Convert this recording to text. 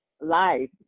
life